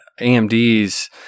AMD's